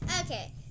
Okay